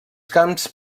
camps